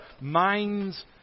minds